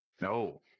No